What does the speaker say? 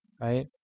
right